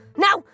Now